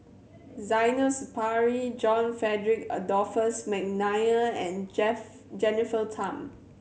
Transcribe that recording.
Zainal Sapari John Frederick Adolphus McNair and J Jennifer Tham